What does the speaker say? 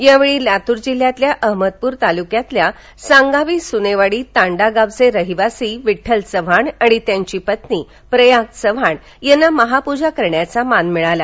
यावेळी लातूर जिल्ह्यातल्या अहमदपूर तालुक्यातील सांगावी सुनेवाडी तांडा गावचे रहिवासी विष्ठल चव्हाण आणि त्यांची पत्नी प्रयाग चव्हाण यांना महापूजा करण्याचा मान मिळाला